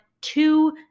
two